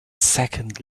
second